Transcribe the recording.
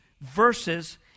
verses